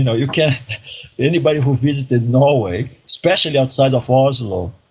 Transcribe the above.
you know yeah anybody who visited norway, especially outside of oslo,